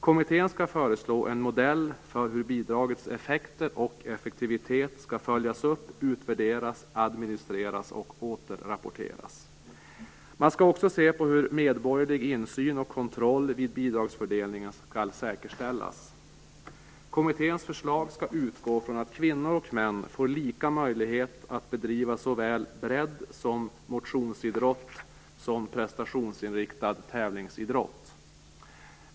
Kommittén skall föreslå en modell för hur bidragets effekter och effektivitet skall följas upp, utvärderas, administreras och återrapporteras. Man skall också se på hur medborgerlig insyn och kontroll vid bidragsfördelningen skall säkerställas. Kommitténs förslag skall utgå från att kvinnor och män får lika möjlighet att bedriva såväl bredd och motionsidrott som prestationsinriktad tävlingsidrott.